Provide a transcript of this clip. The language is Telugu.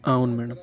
అవును మేడం